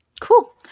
Cool